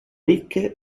ricche